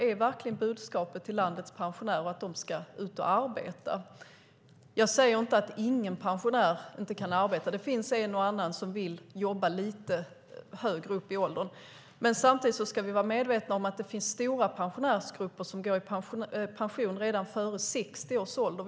Är verkligen budskapet till landets pensionärer att de ska ut och arbeta? Jag säger inte att ingen pensionär kan arbeta. Det finns en och annan som vill arbeta lite högre upp i åldern, men samtidigt ska vi vara medvetna om att det finns stora grupper som går i pension redan före 60 års ålder.